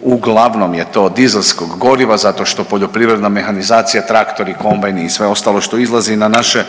uglavnom je to dizelskog goriva zato što poljoprivredna mehanizacija traktori, kombajni i sve ostalo što izlazi na naše